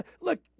Look